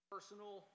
Personal